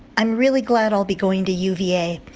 i'm really glad i'll be going to uva.